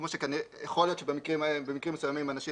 כמו שיכול להיות שבמקרים מסוימים האנשים